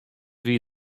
wie